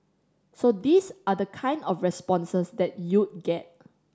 so these are the kind of responses that you'd get